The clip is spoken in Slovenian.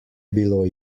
bilo